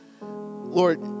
Lord